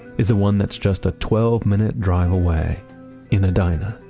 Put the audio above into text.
is the one that's just a twelve minute drive away in edina